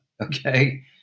okay